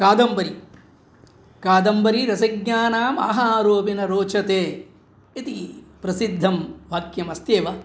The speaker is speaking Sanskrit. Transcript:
कादम्बरी कादम्बरीरसज्ञानम् आहारोपि न रोचते इति प्रसिद्धं वाक्यमस्त्येव